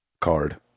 card